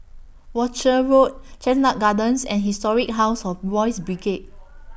Rochor Road Chestnut Gardens and Historic House of Boys' Brigade